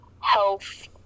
health